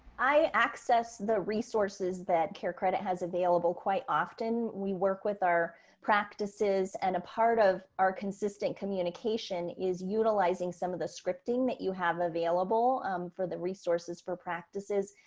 i access the resources that care credit has available. quite often, we work with our practices and a part of our consistent communication is utilizing some of the scripting that you have available um for the resources for practices,